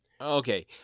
Okay